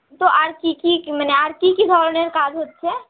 তো আর কী কী মানে আর কী কী ধরনের কাজ হচ্ছে